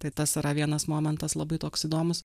tai tas yra vienas momentas labai toks įdomus